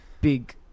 big